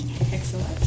Excellent